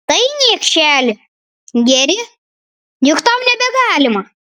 tai niekšeli geri juk tau nebegalima